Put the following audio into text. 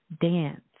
dance